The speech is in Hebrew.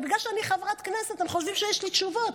ובגלל שאני חברת כנסת הם חושבים שיש לי תשובות.